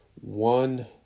One